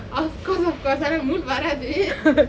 of course of course ஆனால்:aanal mood வராது:varathu